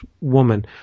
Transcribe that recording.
woman